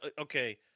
Okay